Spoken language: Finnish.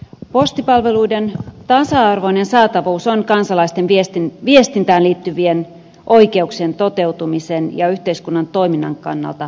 postipalveluiden tasa arvoinen saatavuus on kansalaisten viestintään liittyvien oikeuksien toteutumisen ja yhteiskunnan toiminnan kannalta välttämättömiä